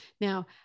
Now